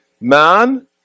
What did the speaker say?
man